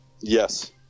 Yes